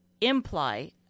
imply